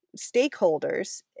stakeholders